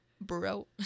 bro